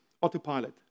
Autopilot